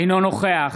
אינו נוכח